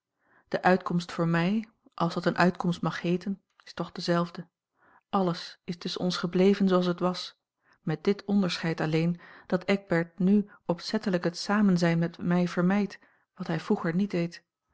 de uitkomst voor mij als dat een uitkomst mag heeten is toch dezelfde alles is tusschen ons gebleven zooals het was met dit onderscheid alleen dat eckbert n opzettelijk het samenzijn met mij vermijdt wat hij vroeger niet deed